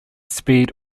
speed